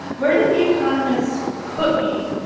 where did the economists put me?